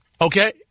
Okay